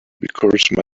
because